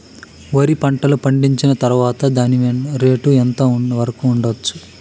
వరి పంటలు పండించిన తర్వాత దాని రేటు ఎంత వరకు ఉండచ్చు